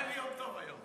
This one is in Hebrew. היה לי יום טוב היום.